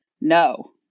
no